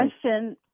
question